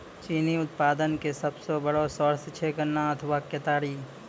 चीनी उत्पादन के सबसो बड़ो सोर्स छै गन्ना अथवा केतारी